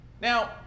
Now